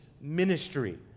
ministry